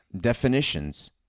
definitions